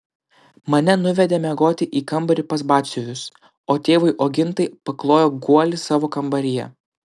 mane nuvedė miegoti į kambarį pas batsiuvius o tėvui ogintai paklojo guolį savo kambaryje